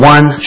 One